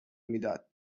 میداد